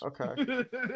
okay